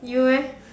you eh